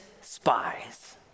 spies